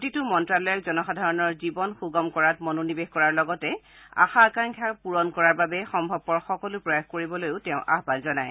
প্ৰতিটো মন্ত্যালয়ক জনসাধাৰণৰ জীৱন সুগম কৰাত মনোনিৱেশ কৰাৰ লগতে আশা আকাংক্ষাক পুৰণ কৰাৰ বাবে সম্ভৱপৰ সকলো প্ৰয়াস কৰিবলৈকো আহান জনায়